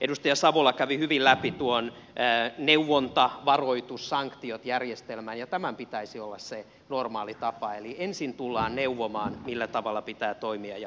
edustaja savola kävi hyvin läpi neuvontavaroitussanktiot järjestelmän ja tämän pitäisi olla se normaali tapa eli ensin tullaan neuvomaan millä tavalla pitää toimia ja niin poispäin